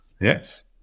Yes